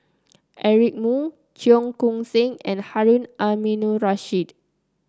Eric Moo Cheong Koon Seng and Harun Aminurrashid